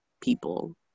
people